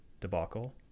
debacle